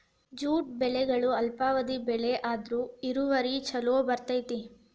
ಝೈದ್ ಬೆಳೆಗಳು ಅಲ್ಪಾವಧಿ ಬೆಳೆ ಆದ್ರು ಇಳುವರಿ ಚುಲೋ ಬರ್ತೈತಿ